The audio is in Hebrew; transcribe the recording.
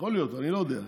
יכול להיות, אני לא יודע.